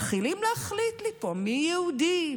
מתחילים להחליט לי פה מי יהודי,